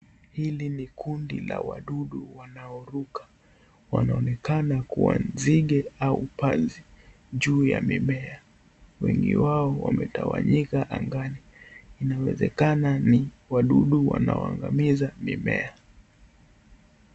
Hili ni kundi la wadudu wanaoruka. Wanaonekana kuwa nzige au panzi juu ya mimea. Wengi wao wametawanyika angani. Inawezekana ni wadudu wanaoangamiza mimea.